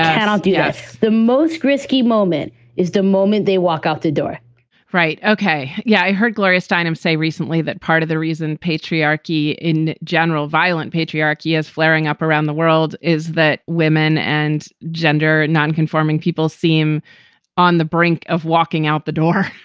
and um yes. the most ghriskey moment is the moment they walk out the door right. ok. yeah. i heard gloria steinem say recently that part of the reason patriarchy in general, violent patriarchy is flaring up around the world is that women and gender nonconforming people seem on the brink of walking out the door.